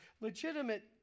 legitimate